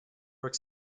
york